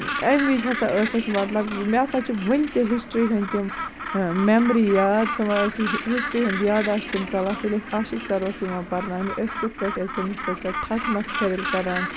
اَمہِ وِزِ ہسا ٲس اَسہِ مطلب مےٚ سا چھِ ؤنہِ تہِ ہِسٹری ہِنٛدۍ تِم میٚمری یاد سُہ ونان اوس ہَسٹری ہِنٛدۍ یاداشت تِم کَلاس ییٚلہِ اَسہِ عاشق سر اوس یِوان پَرناونہِ أسۍ کِتھٕ پٲٹھۍ ٲسۍ تٔمِس سۭتۍ سۄ ٹھٹھٕ مَسخٔرِل کران